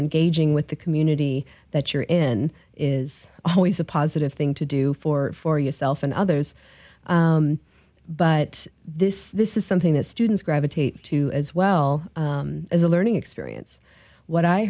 engaging with the community that you're in is always a positive thing to do for for yourself and others but this this is something that students gravitate to as well as a learning experience what i